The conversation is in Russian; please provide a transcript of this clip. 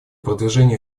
продвижение